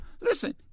Listen